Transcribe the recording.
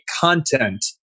content